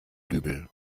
dübel